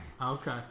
Okay